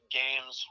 games